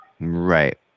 Right